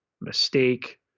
mistake